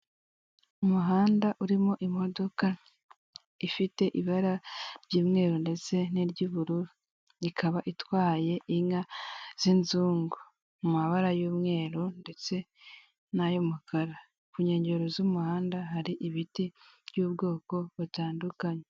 Umuhanda urimo imodoka ifite ibara ry'umweru ndetse n'iry'ubururu. Ikaba utwaye inka z'inzungu. Mu mabara y'umweru ndetse n'ay'umukara. Ku nkengero z'umuhanda hari ibiti by'ubwoko butandukanye.